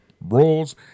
roles